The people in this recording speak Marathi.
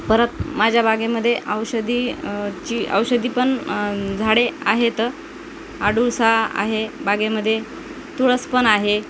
परत माझ्या बागेमध्ये औषधी ची औषधी पण झाडे आहेत अडूळसा आहे बागेमध्ये तुळस पण आहे